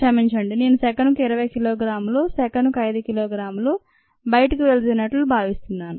క్షమించండి నేను సెకనుకు 20 కిలోగ్రాములు సెకనుకు 5 కిలోగ్రాములు బయటకు వెళుతున్నట్లు భావిస్తున్నాను